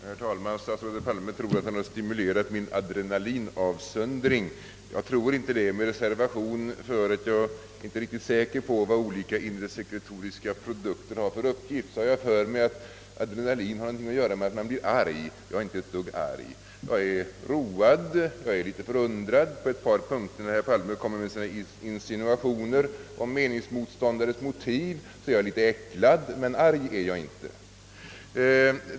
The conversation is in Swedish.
Herr talman! Statsrådet Palme trodde att han hade stimulerat min adrenalinavsöndring. Jag tror inte det. Jag är inte riktigt säker på vad olika inresekretoriska produkter har för uppgift, men jag har för mig att adrenalinet har något att göra med att man blir arg. Jag är inte ett dugg arg. Jag är road, jag är litet förundrad och, med anledning av herr Palmes insinuationer om sina meningsmotståndares motiv, något äcklad, men arg är jag inte.